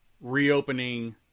reopening